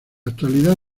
actualidad